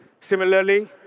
Similarly